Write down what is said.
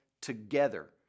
together